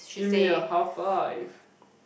give me a half five